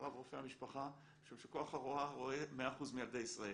אחריו רופא המשפחה משום שכוח ההוראה רואה מאה אחוז מילדי ישראל,